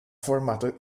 formato